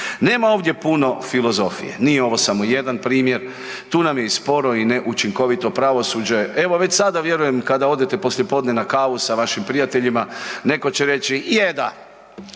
Nema ovdje puno filozofije, nije ovo samo jedan primjer, tu nam je i sporo i neučinkovito pravosuđe. Evo već sada vjerujem kada odete poslijepodne na kavu sa vašim prijateljima neko će reći je da